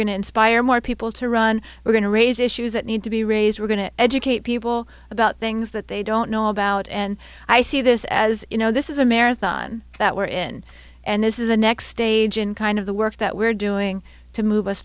going to inspire more people to run we're going to raise issues that need to be raised we're going to educate people about things that they don't know about and i see this as you know this is a marathon that we're in and this is the next stage in kind of the work that we're doing to move us